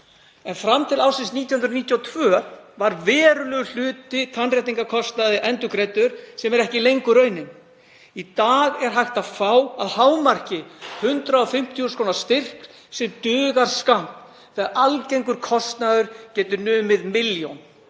Fram til ársins 1992 var verulegur hluti tannréttingakostnaðar endurgreiddur, sem er ekki lengur raunin. Í dag er hægt að fá að hámarki 150.000 kr. styrk sem dugar skammt þegar algengur kostnaður getur numið milljón